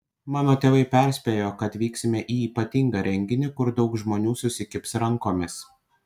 mano tėvai perspėjo kad vyksime į ypatingą renginį kur daug žmonių susikibs rankomis